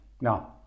Now